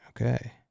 Okay